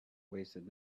wasted